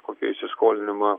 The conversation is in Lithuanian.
kokį įsiskolinimą